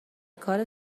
کار